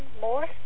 more